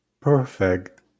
Perfect